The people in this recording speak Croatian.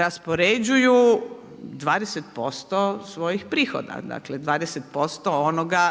raspoređuju 20% svojih prihoda, dakle 20% onoga